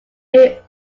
may